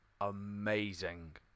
amazing